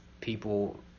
people